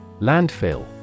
Landfill